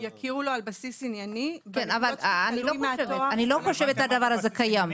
יכירו לו על בסיס ענייני --- אני לא חושבת שהדבר הזה קיים,